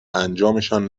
انجامشان